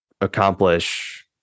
accomplish